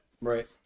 Right